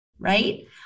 right